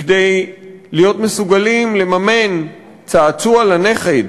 מכדי להיות מסוגלים לממן צעצוע לנכד